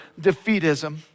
defeatism